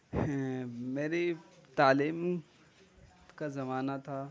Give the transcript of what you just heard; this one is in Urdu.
میری تعلیم کا زمانہ تھا